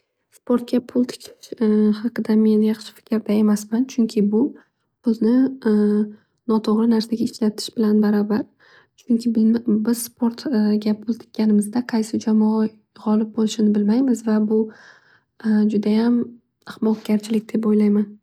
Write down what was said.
Sportga pul tikish haqida men yaxshi fikrda emasman. Chunki bu pulni noto'g'ri narsaga ishlatish bilan barabar. Chunki bilma- biz sport ga pul tikkanimizda qaysi jamoa g'olib bo'lishini bilmaymiz va bu judayam ahmoqgarchilik deb o'ylayman.